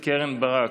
1227,